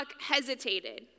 hesitated